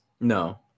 no